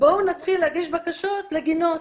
בואו נתחיל להגיש בקשות לגינות.